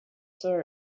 saw